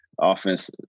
offense